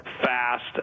fast